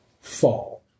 fall